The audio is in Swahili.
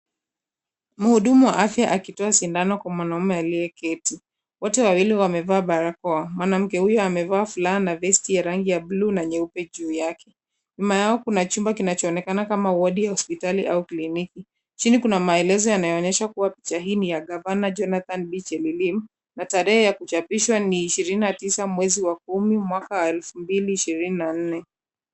Muhudumu wa afya akitoa sindano kwa mwanaume aliyeketi, wote wawili wamevaa barakoa. Mwanamke huyu amevaa fulana na vesti ya rangi ya buluu na nyeupe juu yake. Nyuma yao kuna chumba kinachoonekana kama wadi ya hospitali au kliniki, chini kuna maelezo yanayoonyesha kuwa picha hii ni ya Governor Jonathan Bii Chelilim, na tarehe ya kuchapishwa ni 29 mwezi wa 10 mwaka wa 2024.